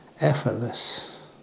effortless